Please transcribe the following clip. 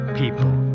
people